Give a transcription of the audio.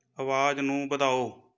ਆਵਾਜ਼ ਨੂੰ ਵਧਾਓ